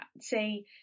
Say